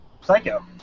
Psycho